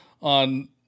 on